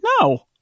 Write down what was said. no